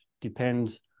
depends